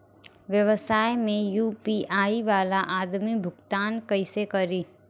व्यवसाय में यू.पी.आई वाला आदमी भुगतान कइसे करीं?